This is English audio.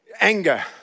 anger